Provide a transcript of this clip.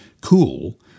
Cool